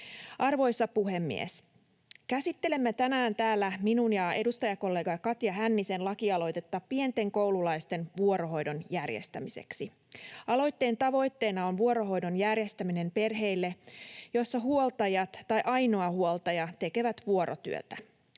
Arvoisa puhemies! Käsittelemme tänään täällä minun ja edustajakollega Katja Hännisen lakialoitetta pienten koululaisten vuorohoidon järjestämiseksi. Aloitteen tavoitteena on vuorohoidon järjestäminen perheille, joissa huoltajat tai ainoa huoltaja tekee vuorotyötä.